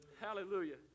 Hallelujah